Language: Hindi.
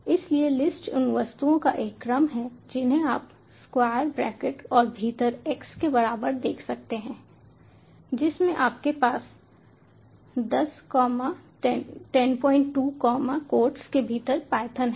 इसलिए लिस्ट उन वस्तुओं का एक क्रम है जिन्हें आप स्क्वायर ब्रैकेट के भीतर x के बराबर देख सकते हैं जिसमें आपके पास 10 कॉमा 102 कॉमा कोट्स के भीतर पायथन है